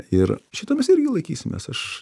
ir šito mes irgi laikysimės aš